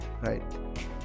right